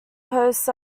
posts